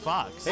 Fox